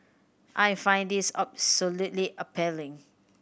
I find this absolutely appalling